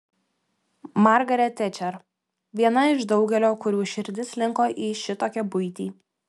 margaret tečer viena iš daugelio kurių širdis linko į šitokią buitį